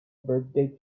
birthday